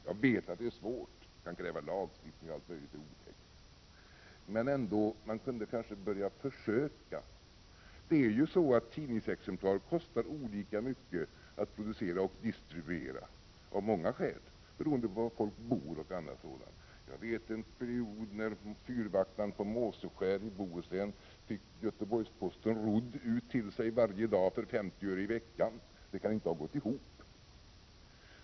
Jag vet att det är svårt och kan kräva lagstiftning och allt möjligt otäckt, men ändå — man kunde kanske börja försöka. Det är ju så att tidningsexemplar kostar olika mycket att producera och distribuera av många skäl, bl.a. beroende på var folk bor. Jag vet en period när fyrvaktaren på Måseskär i Bohuslän fick Göteborgsposten rodd ut till sig varje dag för 50 öre i veckan. Det kan inte ha gått ihop.